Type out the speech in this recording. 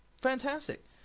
fantastic